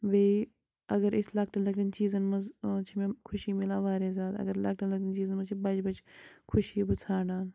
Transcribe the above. بیٚیہِ اگر أسۍ لۄکٹٮ۪ن لۄکٹٮ۪ن چیٖزَن منٛز چھِ مےٚ خوشی مِلان واریاہ زیادٕ اَگر لۄکٹٮ۪ن لۄکٹٮ۪ن چیٖزَن منٛز چھِ بَجہٕ بَجہٕ خوشی بہٕ ژھانٛڈان